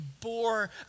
bore